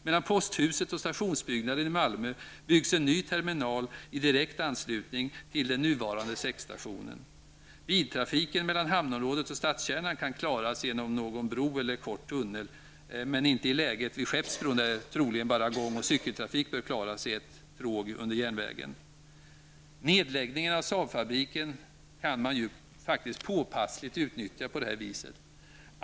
I direkt anslutning till den nuvarande säckstationen byggs en ny terminal mellan posthuset och stationsbyggnaden. Biltrafiken mellan hamnområdet och stadskärnan kan klaras genom någon bro eller kort tunnel -- dock inte i läget vid Skeppsbron, där troligen bara gång och cykeltrafik bör klaras i ett tråg under järnvägen. På detta vis kan faktiskt nedläggningen av Saabfabriken påpassligt utnyttjas.